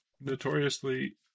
Notoriously